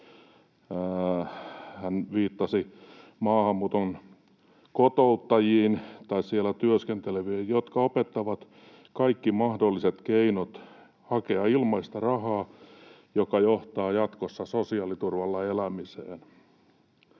hän viittasi maahanmuuton kotouttajiin tai siellä työskenteleviin, jotka opettavat kaikki mahdolliset keinot hakea ilmaista rahaa, mikä johtaa jatkossa sosiaaliturvalla elämiseen,